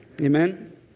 Amen